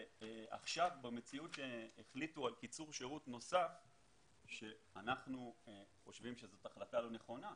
עכשיו החליטו על קיצור שירות נוסף שאנחנו חושבים שזו החלטה לא נכונה,